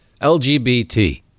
LGBT